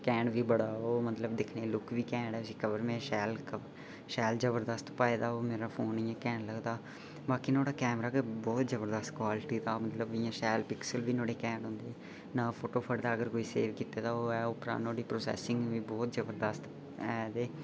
घैंट बी बड़़ा ओह् मतलब दिक्खने गी लुक बी घैंट उसी कवर मैं शैल शैल जबरदस्त पोआए दा मेरा फोन इ'यां घैंट लगदा बाकी नुआढ़ा कैमरा ते बहुत जबरदस्त क्वालिटी दा मतलब इयां शैल पिक्सल बी नुआढ़े घैंट आंदे ना फोटो फटदा अगर कोई सेव कीते दा होऐ उप्परा नुआढ़ी प्रोसेसिंग बी बड़ी जबरदस्त ऐ ते